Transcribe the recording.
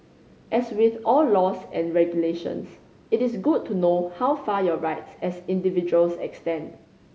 as with all laws and regulations it is good to know how far your rights as individuals extend